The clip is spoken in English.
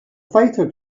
fighter